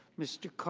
mr.